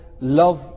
love